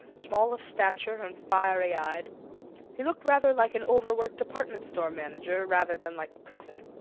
small of stature and fiery eyed he looked rather like an overworked department-store manager rather than like a prophet.